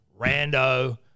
Rando